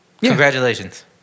Congratulations